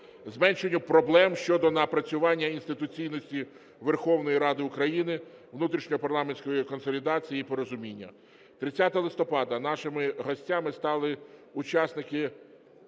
зменшенню проблем щодо напрацювання інституційності Верховної Ради України, внутрішньопарламентської консолідації і порозуміння. 30 листопада нашими гостями стали учасники